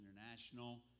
International